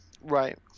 right